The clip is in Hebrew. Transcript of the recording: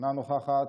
אינה נוכחת,